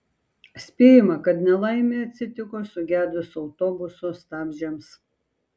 spėjama kad nelaimė atsitiko sugedus autobuso stabdžiams